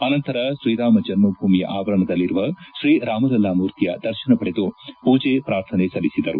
ಅನಂತರ ಶ್ರೀರಾಮ ಜನ್ಮಭೂಮಿಯ ಆವರಣದಲ್ಲಿರುವ ಶ್ರೀರಾಮಲಲ್ಲಾ ಮೂರ್ತಿಯ ದರ್ಶನ ಪಡೆದು ಪೂಜೆ ಪ್ರಾರ್ಥನೆ ಸಲ್ಲಿಸಿದರು